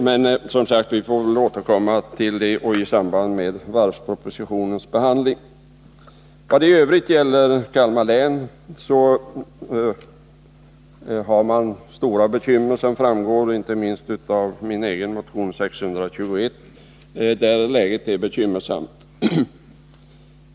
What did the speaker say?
Men vi får som sagt återkomma till detta i samband med varvspropositionens behandling. Vad i övrigt gäller Kalmar län så har man stora bekymmer där, och det framgår inte minst av vår motion 621.